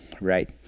Right